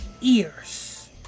ears